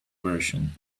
version